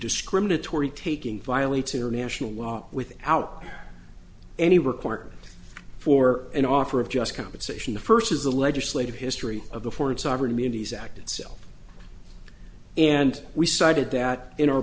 discriminatory taking violates international law without any requirement for an offer of just compensation the first is the legislative history of the foreign sovereign immunity as act itself and we cited that in our